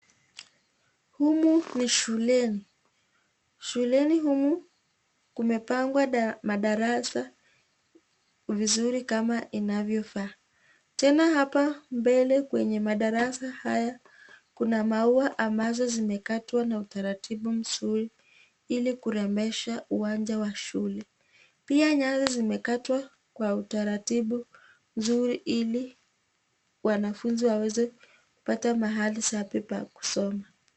Humu ni shuleni, shuleni humu, kumepangwa madarasa vizuri kama inavyofaa, tena hapa mbele kwenye madarasa haya kuna maua mabazo zimekatwa na utaratibu mzuri ili kurembesha uwanja wa shule, pia nyasi zimekatwa kwa utaratibu mzuri ili wamafunzi waweze kupata mahali safi pa kusoma.